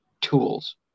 tools